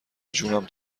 جونم